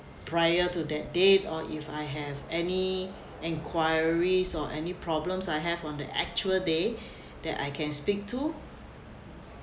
prior to that date or if I have any enquiries or any problems I have on the actual day that I can speak to